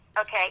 Okay